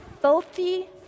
filthy